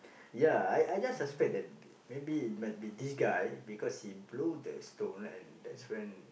ya I I just suspect that maybe it might be this guy because he blow the stone and that's when